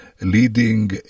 leading